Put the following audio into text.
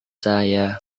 saya